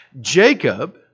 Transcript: Jacob